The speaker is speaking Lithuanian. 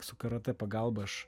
su karatė pagalba aš